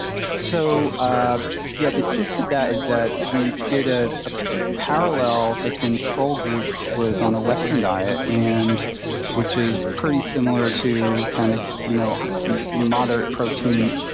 so, ah yeah, yeah, the gist of that is that we did ah a parallel. the control group was on a western diet, and which is pretty similar to kind of you know moderate protein,